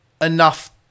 enough